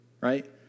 right